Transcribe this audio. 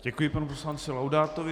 Děkuji panu poslanci Laudátovi.